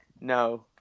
No